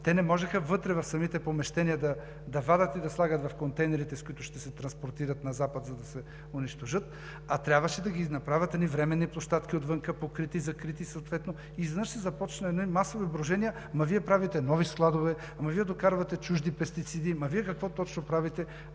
те не можеха вътре в самите помещения да вадят и да слагат в контейнерите, с които ще се транспортират на Запад, за да се унищожат, а трябваше да направят едни временни площадки отвън – покрити, закрити съответно. Изведнъж се започнаха едни масови брожения – ама Вие правите нови складове, ама Вие докарвате чужди пестициди, ама Вие какво точно правите?